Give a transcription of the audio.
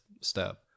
step